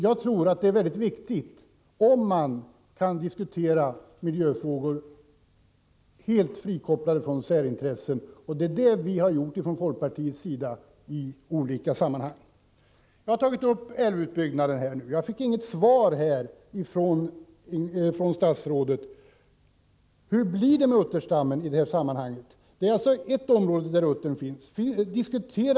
Jag tror dock att det är väldigt viktigt att man kan diskutera miljöfrågor helt frikopplat från särintressen, och det är vad vi i folkpartiet har gjort i olika sammanhang. Jag har här tagit upp frågan om älvutbyggnaden, men jag fick inget svar av statsrådet på frågan hur det blir med utterstammen i det sammanhanget. Det 41 gäller här alltså eft område där det finns utter.